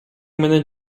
менен